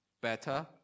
better